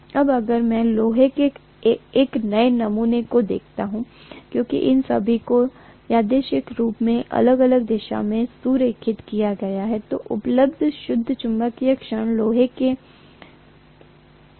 अब अगर मैं लोहे के एक नए नमूने को देखता हूं क्योंकि उन सभी को यादृच्छिक रूप से अलग अलग दिशाओं में संरेखित किया गया है तो उपलब्ध शुद्ध चुंबकीय क्षण लोहे के एक नए नमूने में 0 है